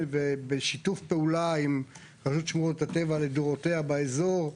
ושיתוף פעולה עם רשות שמורות הטבע לדורותיה באזור,